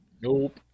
Nope